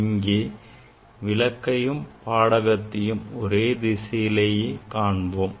இங்கே விளக்கையும் பாடகத்தையும் ஒரே திசையிலேயே காண்போம்